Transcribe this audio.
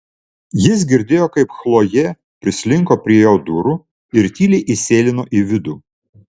jis girdėjo kaip chlojė prislinko prie jo durų ir tyliai įsėlino į vidų